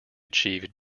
achieved